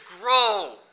grow